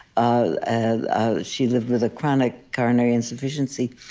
ah she lived with a chronic coronary insufficiency,